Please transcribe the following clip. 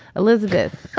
elizabeth,